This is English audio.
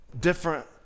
different